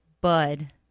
Bud